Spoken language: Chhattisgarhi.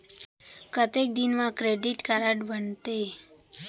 कतेक दिन मा क्रेडिट कारड बनते?